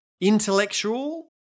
intellectual